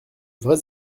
vrais